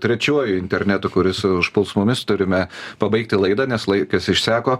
trečiuoju internetu kuris užpuls mumis turime pabaigti laidą nes laikas išseko